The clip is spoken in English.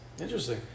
Interesting